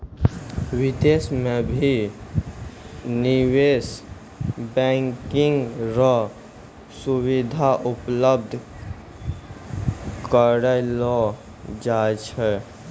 विदेशो म भी निवेश बैंकिंग र सुविधा उपलब्ध करयलो जाय छै